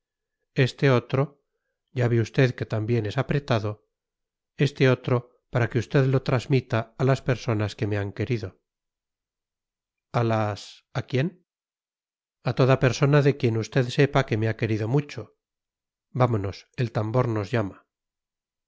este otro ya ve usted que también es apretado este otro para que usted lo transmita a las personas que me han querido a las a quién a toda persona de quien usted sepa que me ha querido mucho vámonos el tambor nos llama